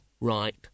right